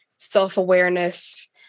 self-awareness